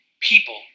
people